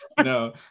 No